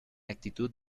actitud